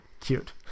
cute